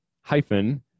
hyphen